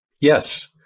Yes